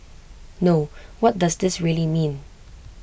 no what does this really mean